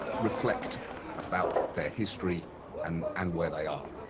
reflect about their history and and where they are.